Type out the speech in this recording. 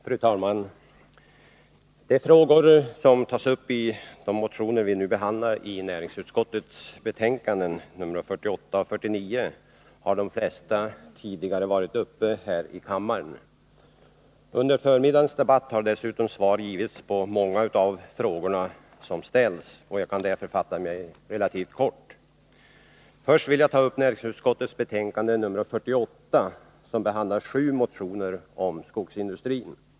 Fru talman! De flesta av de frågor som tas upp i de motioner vi nu behandlar och i näringsutskottets betänkanden 48 och 49 har tidigare varit uppe till debatt här i kammaren. Under förmiddagens debatt har dessutom svar givits på många av de frågor som ställts. Jag kan därför fatta mig relativt kort. Först vill jag ta upp näringsutskottets betänkande nr 48, som behandlar sju motioner om skogsindustrin.